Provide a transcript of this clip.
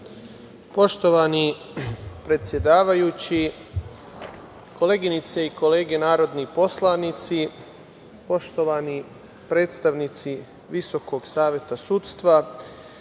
Hvala. Poštovani predsedavajući, koleginice i kolege narodni poslanici, poštovani predstavnici Visokog saveta sudstva,